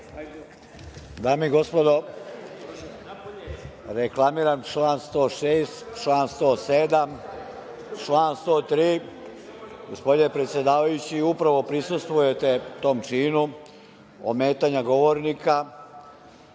Dame i gospodo, reklamiram član 106, član 107, član 103.Gospodine predsedavajući, upravo prisustvujete tom činu ometanja govornika,